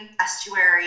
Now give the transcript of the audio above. estuary